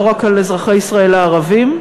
לא רק על אזרחי ישראל הערבים.